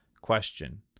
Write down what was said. Question